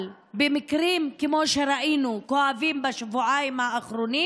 אבל במקרים כואבים כמו שראינו בשבועיים האחרונים